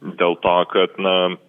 dėl to kad na